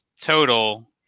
total